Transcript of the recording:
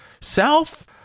self